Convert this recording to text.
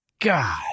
God